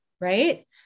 right